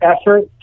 effort